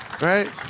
right